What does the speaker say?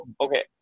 okay